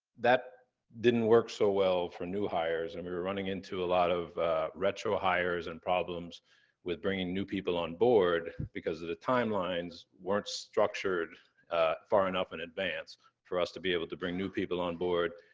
that didn't work so well for new hires, and we were running into a lot of retro hires and problems with bringing new people on board because of the timelines weren't structured far enough in advance for us to be able to bring new people on board,